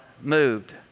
moved